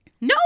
No